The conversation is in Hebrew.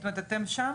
אתם שם?